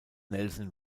nelson